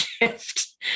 gift